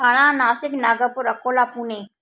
Thane Nashik Nagpur Akola Pune